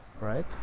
Right